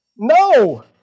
No